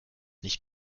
nicht